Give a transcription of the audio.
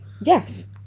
Yes